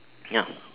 ya